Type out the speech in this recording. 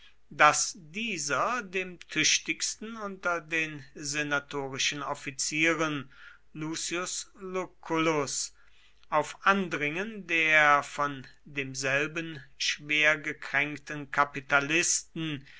daß dieser dem tüchtigsten unter den senatorischen offizieren lucius lucullus auf andringen der von demselben schwer gekränkten kapitalisten